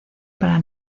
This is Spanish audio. para